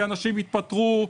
כי אנשים יתפטרו,